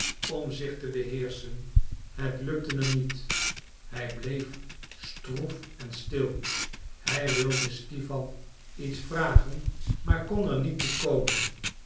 om zich te beheerschen het gelukte hem niet hij bleef stroef en stil hij wilde stipan iets vragen maar kon er niet